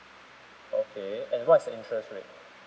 okay and what’s the interest rate